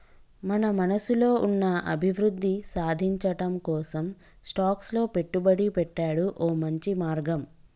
మన మనసులో ఉన్న అభివృద్ధి సాధించటం కోసం స్టాక్స్ లో పెట్టుబడి పెట్టాడు ఓ మంచి మార్గం